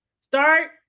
Start